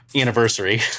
anniversary